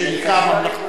מה שנקרא הממלכתי,